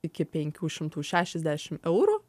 iki penkių šimtų šešiasdešimt eurų